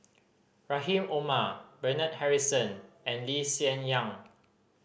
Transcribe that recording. Rahim Omar Bernard Harrison and Lee Hsien Yang